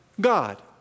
God